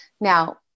Now